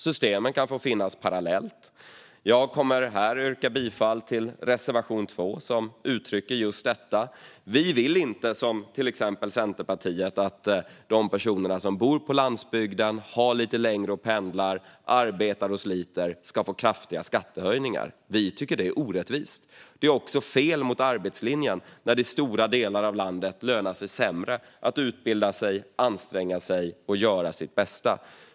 Systemen kan få finnas parallellt. Jag kommer här att yrka bifall till reservation 2, som uttrycker just detta. Vi vill inte, som till exempel Centerpartiet, att de personer som bor på landsbygden och som har lite längre att pendla och arbetar och sliter ska få kraftiga skattehöjningar. Vi tycker att det är orättvist. Det strider också mot arbetslinjen när det i stora delar av landet lönar sig sämre att utbilda sig, anstränga sig och göra sitt bästa.